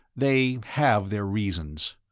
they have their reasons.